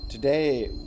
Today